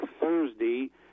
Thursday